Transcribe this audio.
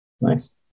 Nice